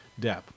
Depp